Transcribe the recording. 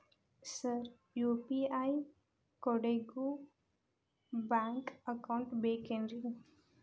Sir UPI ಕೋಡಿಗೂ bank account ಬೇಕೆನ್ರಿ?